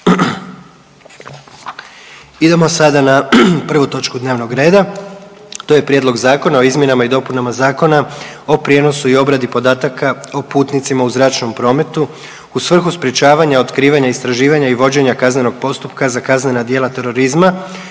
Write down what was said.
**Jandroković, Gordan (HDZ)** Prijedlog Zakona o izmjenama i dopunama Zakona o prijenosu i obradi podataka o putnicima u zračnom prometu u svrhu sprječavanja, otkrivanja, istraživanja i vođenja kaznenog postupka za kaznena djela terorizma